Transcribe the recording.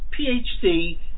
PhD